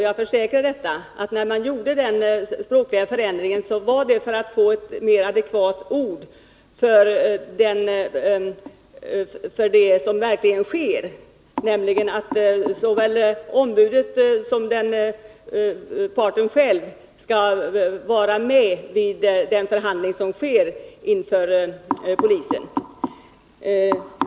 Jag försäkrar att när den språkliga förändringen gjordes var det för att få ett mer adekvat ord för det verkliga skeendet, nämligen att såväl ombud som parten själv skall vara med vid förhandlingen hos polisen.